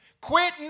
Quit